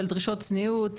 של דרישות צניעות,